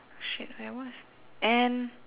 shit I was and